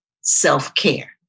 self-care